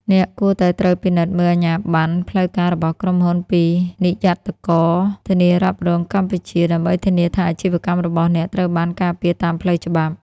អ្នកគួរតែត្រួតពិនិត្យមើលអាជ្ញាបណ្ណផ្លូវការរបស់ក្រុមហ៊ុនពី និយ័តករធានារ៉ាប់រងកម្ពុជា ដើម្បីធានាថាអាជីវកម្មរបស់អ្នកត្រូវបានការពារតាមផ្លូវច្បាប់។